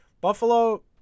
Buffalo